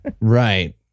Right